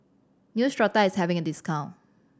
neostrata is having a discount